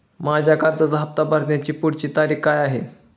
माझ्या कर्जाचा हफ्ता भरण्याची पुढची तारीख काय आहे?